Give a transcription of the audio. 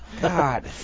God